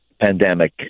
pandemic